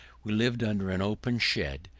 we lived under an open shed,